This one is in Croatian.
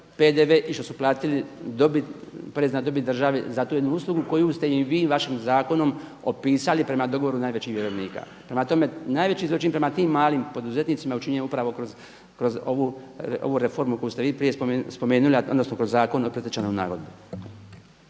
i što su platili porez na dobit državi za tu jednu uslugu koju ste im vi vašim zakonom opisali prema dogovoru najvećih vjerovnika. Prema tome, najveći zločin prema tim malim poduzetnicima je učinio upravo kroz ovu reformu koju ste vi prije spomenuli a odnosno kroz Zakon od predstečajnoj nagodbi.